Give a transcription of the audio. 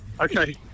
Okay